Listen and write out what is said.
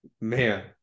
man